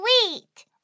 sweet